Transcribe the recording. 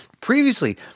Previously